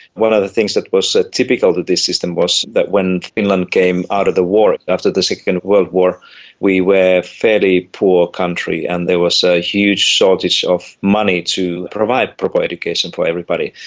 one of the things that was ah typical of this system was that when finland came out of the war after the second world war we were a fairly poor country and there was a huge shortage of money to provide proper education for everybody,